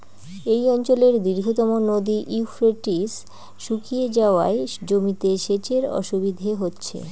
এই অঞ্চলের দীর্ঘতম নদী ইউফ্রেটিস শুকিয়ে যাওয়ায় জমিতে সেচের অসুবিধে হচ্ছে